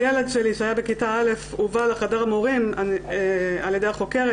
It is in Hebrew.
הילד שלי שהיתה בכיתה א' הובא לחדר מורים על-ידי החוקרת.